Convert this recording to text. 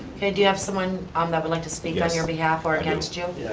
and do you have someone um that would like to speak on your behalf or against you?